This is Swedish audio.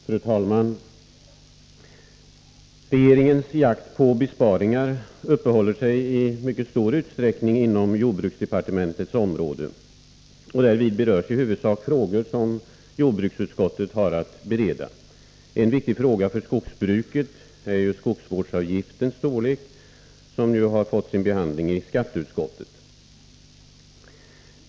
Fru talman! Regeringens jakt på besparingar uppehåller sig i mycket stor utsträckning inom jordbruksdepartementets område. Och därvid berörs i huvudsak frågor som jordbruksutskottet har att bereda. En viktig fråga för skogsbruket är skogsvårdsavgiftens storlek, som har fått sin behandling i skatteutskottet.